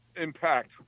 impact